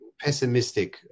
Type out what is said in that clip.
pessimistic